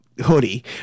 hoodie